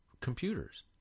computers